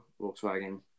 Volkswagen